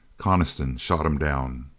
coniston shot him down.